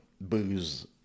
booze